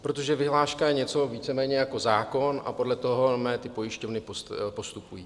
Protože vyhláška je něco víceméně jako zákon a podle toho normálně ty pojišťovny postupují.